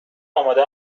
آماده